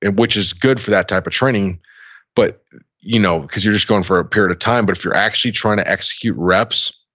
and which is good for that type of training but you know cause you're just going for a period of time, but if you're actually trying to execute reps,